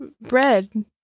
Bread